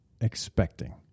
expecting